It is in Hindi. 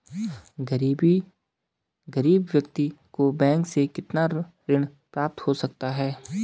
गरीब व्यक्ति को बैंक से कितना ऋण प्राप्त हो सकता है?